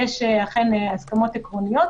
אכן יש הסכמות עקרוניות,